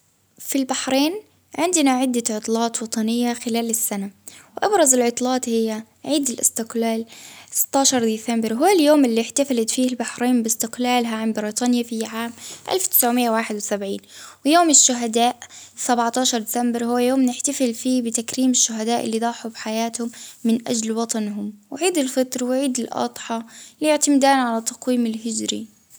في البحرين عندنا عدة عطلات وطنية خلال السنة، وأبرز العطلات هي عيد الإستقلال في ستة عشر ديسمبر، هو اليوم اللي إحتفلت فيه البحرين بإستقلالها عن بريطانيا في عام ألف تسعائة وواحد وسبعين، ويوم الشهداء سبعة عشر ديسمبر هو يوم اللي نحتفل فيه بتكريم الشهداء اللي ضحوا بحياتهم من أجل وطنهم، وعيد الفطر، وعيد الاضحى، لإعتمدها على التقويم الهجري.